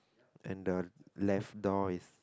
and the left door is